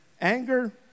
Anger